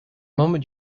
moment